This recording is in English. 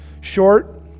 Short